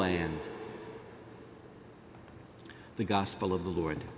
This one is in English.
land the gospel of the lord